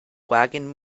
wagon